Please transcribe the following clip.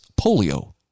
polio